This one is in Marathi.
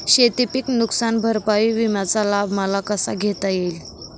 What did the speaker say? शेतीपीक नुकसान भरपाई विम्याचा लाभ मला कसा घेता येईल?